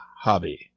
hobby